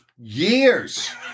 Years